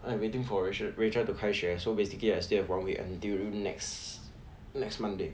I am waiting for rachel rachel to 开学 so basically I still have one week until next next monday